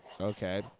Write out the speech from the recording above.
okay